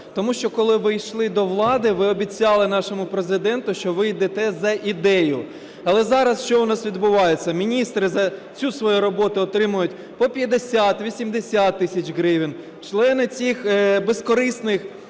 Тому що, коли ви йшли до влади, ви обіцяли нашому Президенту, що ви йдете за ідею. Але зараз, що у нас відбувається: міністри за цю свою роботу отримують по 50-80 тисяч гривень, члени цих, безкорисних,